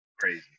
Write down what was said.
Crazy